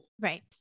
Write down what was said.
Right